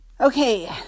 Okay